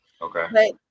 okay